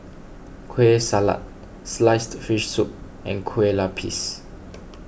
Kueh Salat Sliced Fish Soup and Kue Lupis